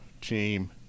team